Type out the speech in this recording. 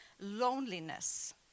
Loneliness